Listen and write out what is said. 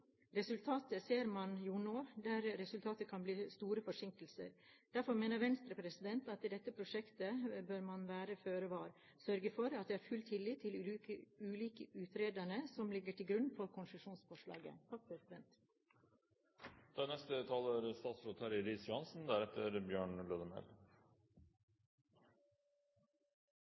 Resultatet ser man jo nå, det kan bli store forsinkelser. Derfor mener Venstre at man i dette prosjektet bør være føre var, og sørge for at det er full tillit til de ulike utredninger som ligger til grunn for konsesjonsforslagene. Kraftledningen fra Sunnmøre til Indre Sogn er